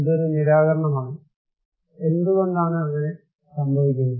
ഇത് ഒരു നിരാകരണമാണ് എന്തുകൊണ്ടാണ് അങ്ങനെ സംഭവിക്കുന്നത്